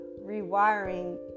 rewiring